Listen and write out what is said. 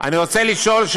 אני רוצה לשאול,